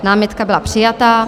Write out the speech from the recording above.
Námitka byla přijata.